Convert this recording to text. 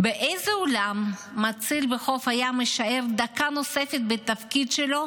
באיזה עולם מציל בחוף הים יישאר דקה נוספת בתפקיד שלו